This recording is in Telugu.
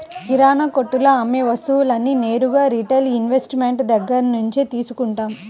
కిరణాకొట్టులో అమ్మే వస్తువులన్నీ నేరుగా రిటైల్ ఇన్వెస్టర్ దగ్గర్నుంచే తీసుకుంటాం